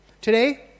Today